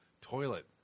toilet